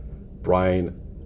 Brian